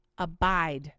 Abide